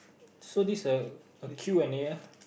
so these are a Q and A ah